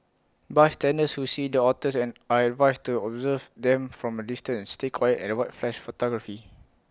bystanders who see the otters and are advised to observe them from A distance stay quiet and avoid flash photography